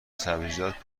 سبزیجات